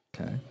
Okay